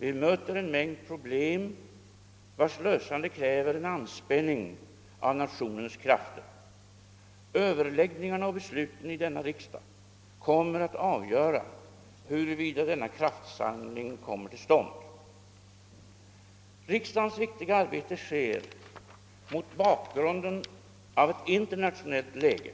Vi möter en mängd problem, vilkas lösande kräver en anspänning av nationens krafter. Överläggningarna och besluten i denna riksdag kommer att avgöra huruvida denna kraftsamling kommer till stånd. Riksdagens viktiga arbete sker mot bakgrunden av ett internationellt läge